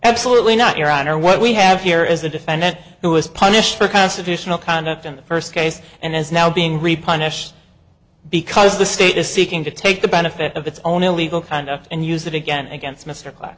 absolutely not your honor what we have here is a defendant who was punished for constitutional conduct in the first case and is now being replenished because the state is seeking to take the benefit of its own illegal conduct and use it again against mr cla